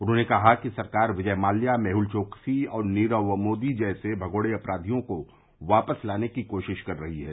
उन्होंने कहा कि सरकार विजय मल्या मेहल चोकसी और नीरव मोदी जैसे मगोड़े अपराधियों को वापस लाने की कोशिश कर रही है